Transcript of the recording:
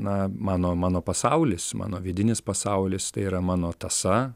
na mano mano pasaulis mano vidinis pasaulis tai yra mano tąsa